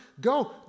Go